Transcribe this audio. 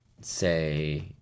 say